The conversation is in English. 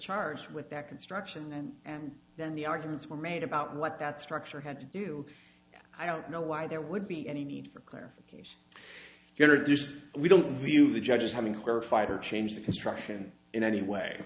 charged with that construction then and then the arguments were made about what that structure had to do i don't know why there would be any need for clarification going to do so we don't view the judge as having clarified or changed the construction in any way